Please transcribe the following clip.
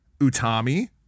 Utami